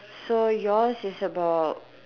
so yours is about